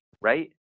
right